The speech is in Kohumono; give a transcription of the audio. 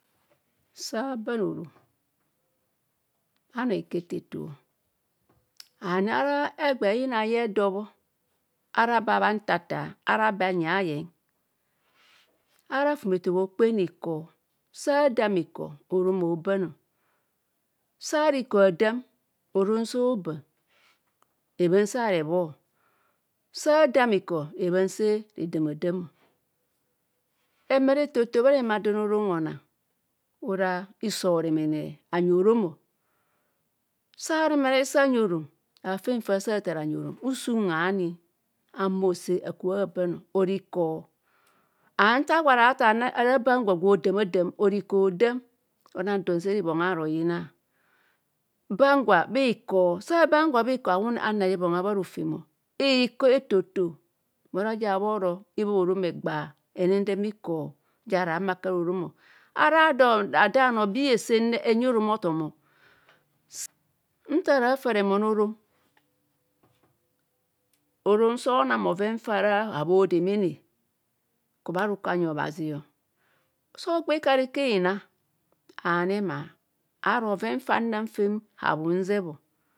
Sa abaan orom ananv ikor etoto and ana egbe ina edo bho ara bhafume eto bho okpeena ikor sa adam ikor orom oban sara ikor hadaam orom so oban rebhanse hare bho sa adaam ikor rebhan se redaam adaam remare etoto bha remado orom honanv ora hiso oremene anyi orom sa o oremene hiso anyi orom osa unhaani a humor bhose akubha aban o ora ikor and nta agwo ara athaani ara ban gwa gwe oda aadam ora iko hodam don seree ibonga haroyine ban gwa bhaa ikor sa aban gwa bhaa ikor awune anar ibongha bharo ofem o ikor eto- eto mora ja bhoro ibhob orom egba henedeme ikor ja ara humo aku ara oromo ara ado bhano bha izesene enyi orom o othom orom sa onang bhoven fara habho demene kubha rukor anyi obhazi o so ogba ikarika lina anema aro bhoven fa anang fem habhumzebho